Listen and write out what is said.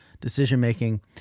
decision-making